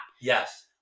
Yes